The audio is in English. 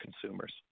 consumers